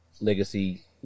legacy